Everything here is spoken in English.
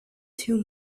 too